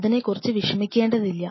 അതിനെക്കുറിച്ച് വിഷമിക്കേണ്ടതില്ല